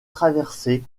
traversé